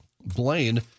Blaine